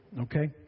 Okay